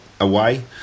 away